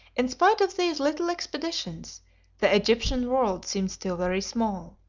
in spite of these little expeditions the egyptian world seemed still very small.